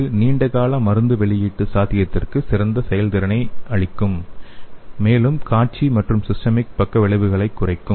இது நீண்டகால மருந்து வெளியிட்டு சாத்தியத்திற்கு சிறந்த செயல்திறனை அளிக்கும் மேலும் காட்சி மற்றும் சிஸ்டமிக் பக்க விளைவுகள் குறையும்